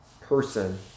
person